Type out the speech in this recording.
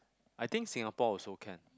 I think Singapore also can